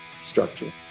structure